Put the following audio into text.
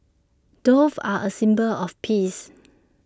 doves are A symbol of peace